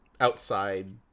outside